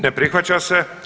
Ne prihvaća se.